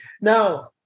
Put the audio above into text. Now